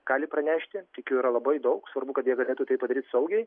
gali pranešti tikiu yra labai daug svarbu kad jie galėtų tai padaryt saugiai